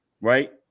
right